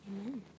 Amen